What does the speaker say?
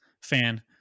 fan